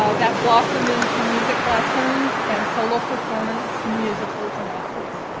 ah that blossomed into music lessons and solo performance and musicals and operas.